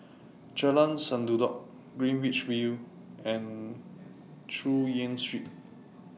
Jalan Sendudok Greenwich V and Chu Yen Street